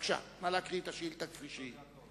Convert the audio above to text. בבקשה, נא להקריא את השאילתא כפי שהיא.